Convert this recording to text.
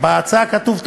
בהצעה כתוב,